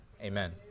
Amen